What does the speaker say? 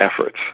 efforts